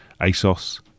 ASOS